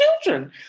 children